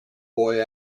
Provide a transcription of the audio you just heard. boy